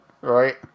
Right